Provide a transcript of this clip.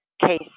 case